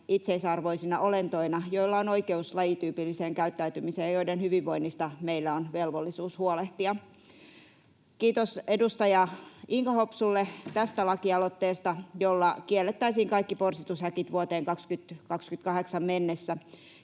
itseisarvoisina olentoina, joilla on oikeus lajityypilliseen käyttäytymiseen ja joiden hyvinvoinnista meillä on velvollisuus huolehtia. Kiitos edustaja Inka Hopsulle tästä lakialoitteesta, jolla kiellettäisiin kaikki porsitushäkit vuoteen 2028 mennessä